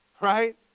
Right